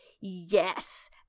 Yes